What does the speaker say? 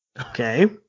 Okay